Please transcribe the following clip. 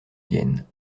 vienne